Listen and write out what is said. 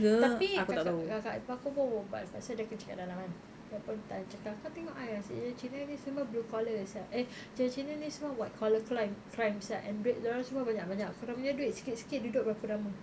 tapi kakak kakak ipar aku pun berbual pasal dia kerja kat dalam kan dia pun ada cakap kau tengok ah yang si cina-cina ni semua blue collar sia eh cina-cina semua white collar crime crimes sia and duit dia orang banyak-banyak kau orang punya duit sikit-sikit duduk berapa lama